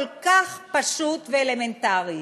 כל כך פשוט ואלמנטרי,